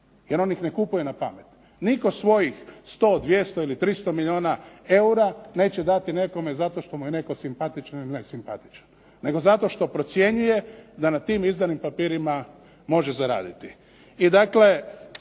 jer on ih ne kupuje na pamet. Nitko svojih 100, 200 ili 300 milijuna eura neće dati nekome zato što mu je netko simpatičan ili nesimpatičan nego zato što procjenjuje da na tim izdanim papirima može zaraditi.